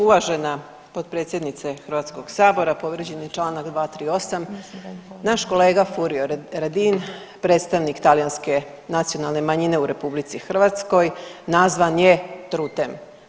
Uvažena potpredsjednice Hrvatskog sabora, povrijeđen je Članak 238., naš kolega Furio Radin predstavnik talijanske nacionalne manjine u RH nazvan je trutem.